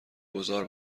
گذار